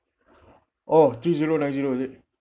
oh three zero nine zero is it